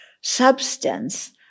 substance